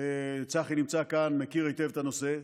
וצחי נמצא כאן ומכיר היטב את הנושא,